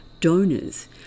donors